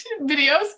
videos